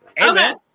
Amen